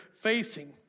facing